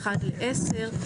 אחד-לעשר.